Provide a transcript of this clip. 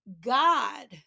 god